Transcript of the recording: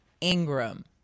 Ingram